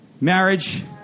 marriage